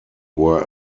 were